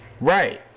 right